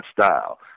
style